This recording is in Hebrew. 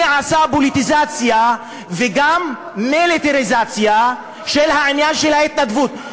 מי עשה פוליטיזציה וגם מיליטריזציה של העניין של ההתנדבות?